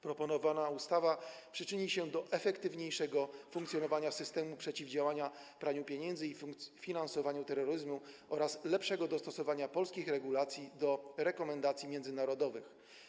Proponowana ustawa przyczyni się do efektywniejszego funkcjonowania systemu przeciwdziałania praniu pieniędzy i finansowaniu terroryzmu oraz do lepszego dostosowania polskich regulacji do rekomendacji międzynarodowych.